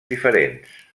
diferents